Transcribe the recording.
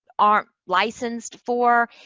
aren't licensed for.